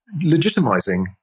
legitimizing